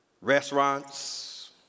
restaurants